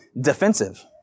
defensive